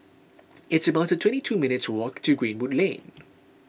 it's about twenty two minutes' walk to Greenwood Lane